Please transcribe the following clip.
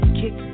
kick